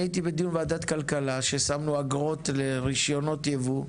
היינו בדיון ועדה כלכלה ששמנו אגרות לרישיונות יבוא,